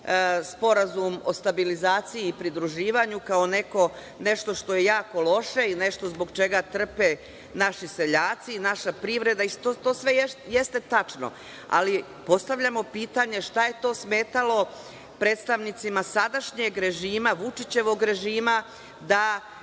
Sporazum o stabilizaciji i pridruživanju kao nešto što je jako loše i nešto zbog čega trpe naši seljaci i naša privreda i to sve jeste tačno, ali postavljamo pitanje – šta je to smetalo predstavnicima sadašnjeg režima, Vučićevog režima, da